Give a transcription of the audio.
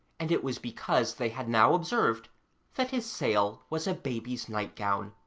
and it was because they had now observed that his sail was a baby's nightgown.